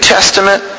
Testament